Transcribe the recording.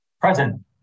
Present